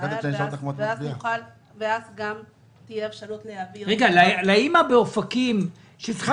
תתבהר ואז תהיה אפשרות --- לאם באופקים שצריכה